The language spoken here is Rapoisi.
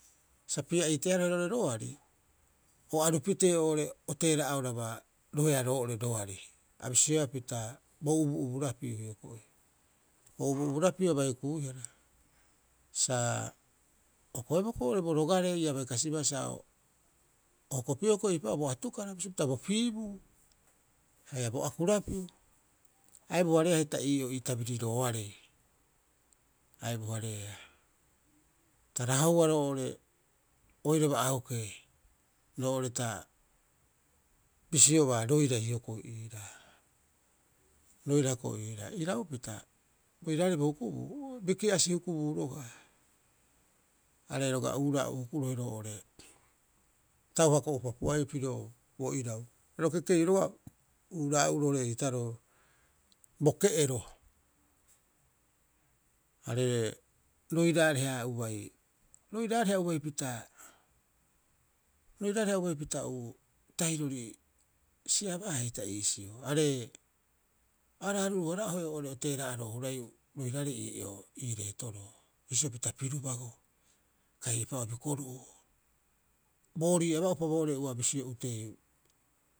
Sa pia'ii tearohe roo'ore roari o aru pitee o teera'aorabaroeaa roo'ore roari. A bisioea pita bo ubu'uburapiu hioko'i. Bo ubu'uburapiu abai hukuihara sa hokoeboo hioko'i bo rogaree ia bai kasibaa sa o hokopieeboo eipa'oo bisio pita bo atukara, bisio pita bo piibuu haia bo akurapiu. A ebu- hareea hita ii'oo ii tabirirooarei, a ebuhareea, ta rahohua roo'ore oiraba aokee roo'ore ta bisioba roira hioko'i iiraa, roira hiokko'i iiraa. Iraupita oiraarei bo hukubuu biki'asi hukubuu roga'a, are roga'a uuraa'uu hukurohe roo'ore tau hako'upa pu'aiu piro bo irau sa ro kekeiu uuraa'uuroorii eitaroo bo ke'ero. Are roiraareha ubai, roiraareha ubai pita, roiraareha ubai pita uu u, tahirori siabaahe hita iisii, are araaruru- hara'ohe oo'ore o teera'aroo huraiiu oiraarei ii'oo ii reetoroo. Bisio pita pirubago kai eipa'oo bikoru'u, boorii aba'upa boori ua bisio uteeiu.